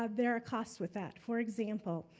ah there are costs with that. for example,